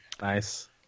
Nice